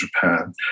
Japan